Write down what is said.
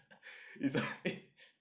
is it